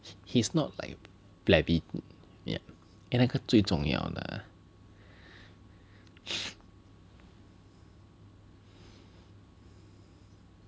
he's not like flabby and 那个最重要的